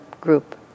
group